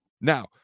Now